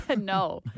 No